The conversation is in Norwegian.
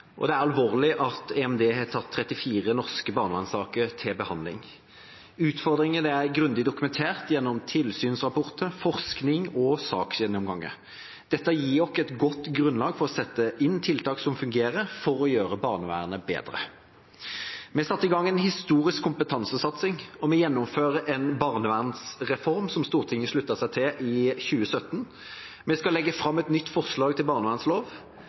og det er alvorlig at EMD har hatt 34 norske barnevernssaker til behandling. Utfordringene er grundig dokumentert gjennom tilsynsrapporter, forskning og saksgjennomganger. Dette gir oss et godt grunnlag for å sette inn tiltak som fungerer, for å gjøre barnevernet bedre. Vi har satt i gang en historisk kompetansesatsing, og vi gjennomfører en barnevernsreform som Stortinget sluttet seg til i 2017. Vi skal legge fram et nytt forslag til